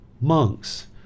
Monks